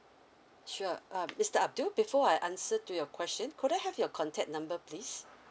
sure uh mister abdul before I answer to your question could I have your contact number please